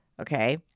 Okay